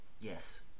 Yes